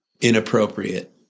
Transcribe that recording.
inappropriate